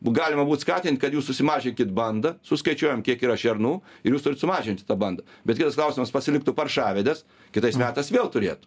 galima būt skatint kad jūs susimažinkit bandą suskaičiuojam kiek yra šernų ir jūs turit sumažinti tą bandą bet kitas klausimas pasiliktų paršavedės kitais metais vėl turėtų